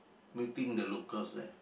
meeting the locals there